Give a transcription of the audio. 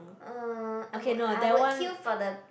uh I would I would queue for the